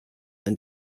and